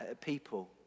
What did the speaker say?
people